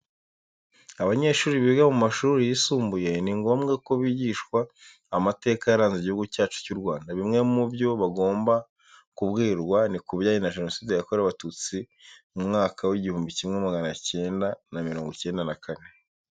Abanyeshuri biga mu mashuri yisumbuye, ni ngombwa ko bigishwa amateka yaranze Igihugu cyacu cy'u Rwanda. Bimwe mu byo bagomba kubwirwa ni kubijyane na Jenoside yakorewe Abatutsi mu mwaka w'igihumbi kimwe magana cyenda mirongo icyenda na kane.